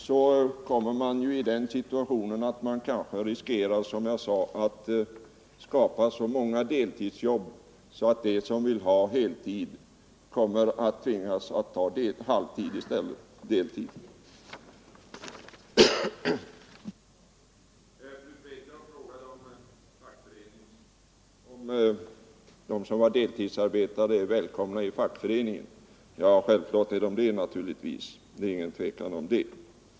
Det finns alltså, som jag nyss sade, risk för att man skapar så många deltidsjobb att de som vill ha heltid tvingas att i stället ta deltid. en. Självfallet är de det. Det är ingen tvekan om det.